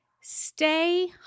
stay